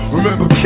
Remember